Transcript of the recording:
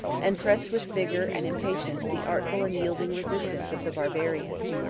and pressed with vigor and impatience the artful and yielding resistance of the barbarians.